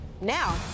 Now